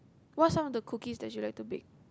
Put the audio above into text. what some of the cookies that you like to bake